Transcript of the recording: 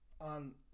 on